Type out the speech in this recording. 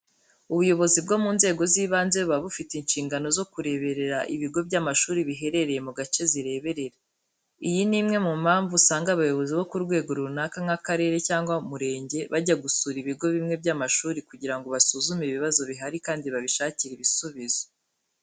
Ubuyobozi bwo mu nzego z'ibanze buba bufite inshingano zo kureberera ibigo by'amashuri biherereye mu gace zireberera. Iyi ni imwe mu mpamvu usanga abayobozi bo ku rwego runaka nk'akarere cyangwa umurenge bajya gusura ibigo bimwe by'amashuri kugira ngo basuzume ibibazo bihari kandi babishakire ibisubizo.